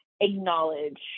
acknowledge